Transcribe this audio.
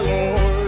Lord